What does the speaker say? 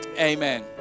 amen